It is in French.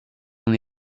son